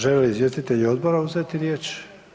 Žele li izvjestitelji odbora uzeti riječ?